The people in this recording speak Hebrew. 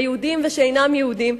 היהודים ושאינם יהודים,